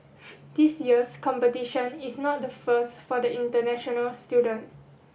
this year's competition is not the first for the international student